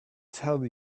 tell